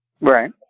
Right